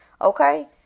okay